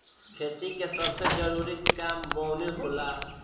खेती के सबसे जरूरी काम बोअनी होला